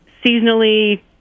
seasonally